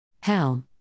Hell